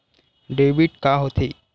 Debit का होथे?